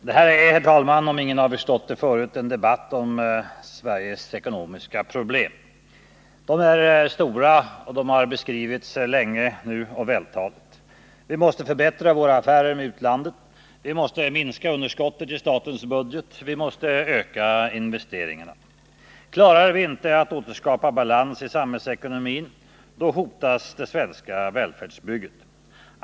Herr talman! Det här är, om ingen har förstått det förut, en debatt om Sveriges ekonomiska problem. De är stora och har beskrivits länge och vältaligt: Vi måste förbättra våra affärer med utlandet, vi måste minska underskottet i statens budget och vi måste öka investeringarna. Klarar vi inte att återskapa balans i samhällsekonomin, hotas det svenska välfärdsbygget.